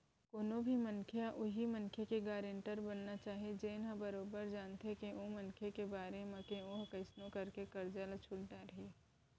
कोनो भी मनखे ह उहीं मनखे के गारेंटर बनना चाही जेन ह बरोबर जानथे ओ मनखे के बारे म के ओहा कइसनो करके ले करजा ल छूट डरही